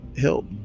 help